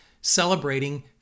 celebrating